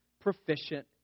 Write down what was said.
proficient